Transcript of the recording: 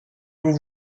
vous